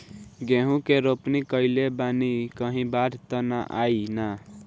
गेहूं के रोपनी कईले बानी कहीं बाढ़ त ना आई ना?